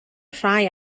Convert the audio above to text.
rhai